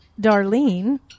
Darlene